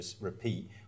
repeat